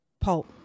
pulp